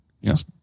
yes